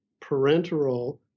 parenteral